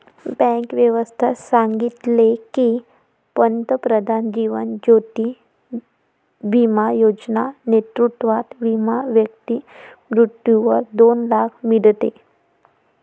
bank व्यवस्था सांगितले की, पंतप्रधान जीवन ज्योती बिमा योजना नेतृत्वात विमा व्यक्ती मृत्यूवर दोन लाख मीडते